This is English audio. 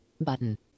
button